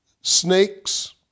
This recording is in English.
snakes